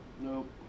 Nope